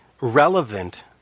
relevant